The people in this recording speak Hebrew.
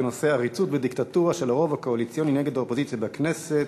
בנושא עריצות ודיקטטורה של הרוב הקואליציוני נגד האופוזיציה בכנסת,